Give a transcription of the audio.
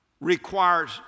requires